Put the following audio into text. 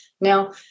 Now